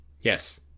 Yes